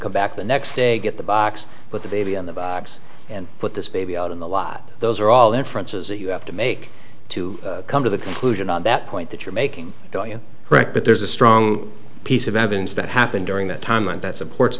come back the next day get the box with the baby on the box and put this baby out in the lot those are all inferences that you have to make to come to the conclusion on that point that you're making right but there's a strong piece of evidence that happened during that time and that supports